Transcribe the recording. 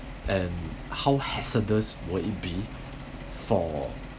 and how hazardous will it be for